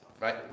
Right